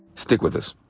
stick with us.